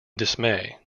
dismay